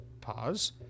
pause